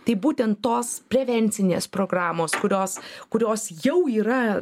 tai būtent tos prevencinės programos kurios kurios jau yra